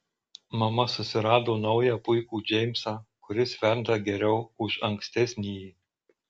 mama susirado naują puikų džeimsą kuris verda geriau už ankstesnįjį